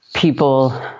People